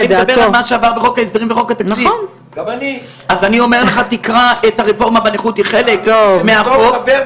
על שעשיתם מאמץ והגעתם לישיבה המיוחדת של